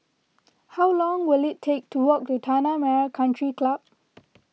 how long will it take to walk to Tanah Merah Country Club